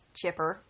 chipper